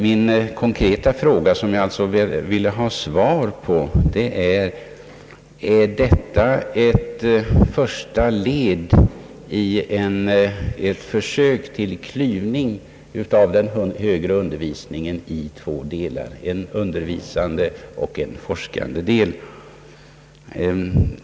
Min konkreta fråga, som jag alltså ville ha svar på, är: Är detta ett första led i ett försök till klyvning av den högre undervisningen i två delar, en undervisande och en forskande del?